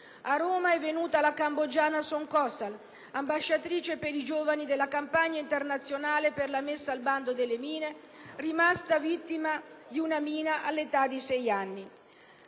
A Roma è venuta la cambogiana Song Kosal, ambasciatrice per i giovani della campagna internazionale per la messa al bando delle mine, rimasta vittima di una mina all'età di sei anni.